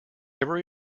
every